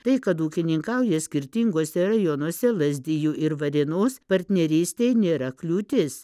tai kad ūkininkauja skirtinguose rajonuose lazdijų ir varėnos partnerystei nėra kliūtis